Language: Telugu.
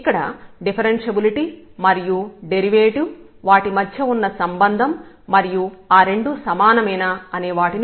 ఇక్కడ డిఫరెన్షబులిటీ మరియు డెరివేటివ్ వాటి మధ్య ఉన్న సంబంధం మరియు ఆ రెండూ సమానమేనా అనే వాటిని పరిశీలిస్తాం